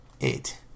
eight